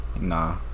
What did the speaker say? Nah